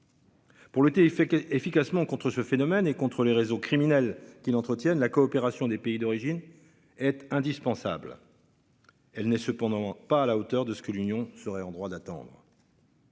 fait que efficacement contre ce phénomène et contre les réseaux criminels qui l'entretiennent la coopération des pays d'origine. Être indispensable. Elle n'est cependant pas à la hauteur de ce que l'Union serait en droit d'attendre.